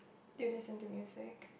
do you listen to music